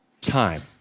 time